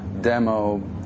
demo